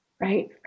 right